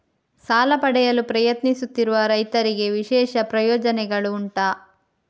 ಸಾಲ ಪಡೆಯಲು ಪ್ರಯತ್ನಿಸುತ್ತಿರುವ ರೈತರಿಗೆ ವಿಶೇಷ ಪ್ರಯೋಜನೆಗಳು ಉಂಟಾ?